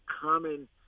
common